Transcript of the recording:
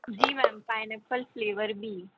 जी ma'am pineapple flavour भी